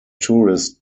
tourist